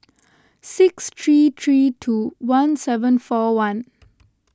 six three three two one seven four one